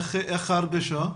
איך ההרגשה?